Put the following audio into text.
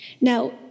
Now